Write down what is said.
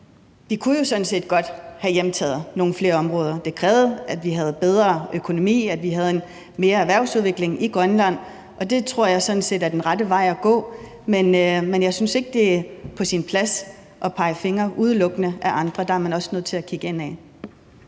at vi jo sådan set godt kunne have hjemtaget nogle flere områder. Det krævede, at vi havde bedre økonomi, og at vi havde mere erhvervsudvikling i Grønland, og det tror jeg sådan set er den rette vej at gå. Men jeg synes ikke, det er på sin plads at pege fingre udelukkende ad andre. Der er man også nødt til at kigge indad.